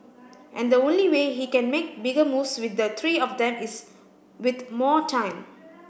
and the only way he can make bigger moves with the three of them is with more time